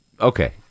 okay